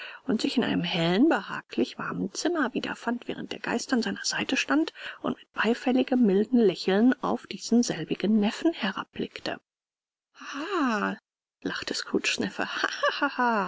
und sich in einem hellen behaglich warmen zimmer wiederfand während der geist an seiner seite stand und mit beifälligem mildem lächeln auf diesen selbigen neffen herabblickte haha lachte